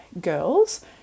girls